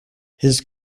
his